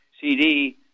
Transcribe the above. CD